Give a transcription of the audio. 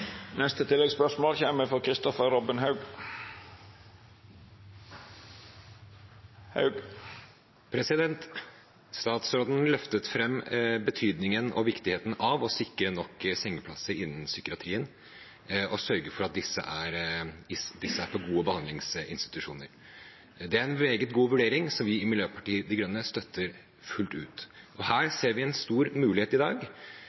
Kristoffer Robin Haug – til oppfølgingsspørsmål. Statsråden løftet fram betydningen og viktigheten av å sikre nok sengeplasser innen psykiatrien og sørge for at disse er på gode behandlingsinstitusjoner. Det er en meget god vurdering som vi i Miljøpartiet De Grønne støtter fullt ut. Her ser vi en stor mulighet i dag.